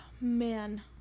Man